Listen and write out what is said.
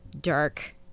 dark